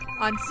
on